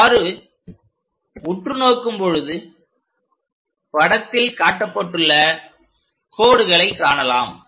அவ்வாறு உற்று நோக்கும்பொழுது படத்தில் காட்டப்பட்டுள்ள கோடுகளை காணலாம்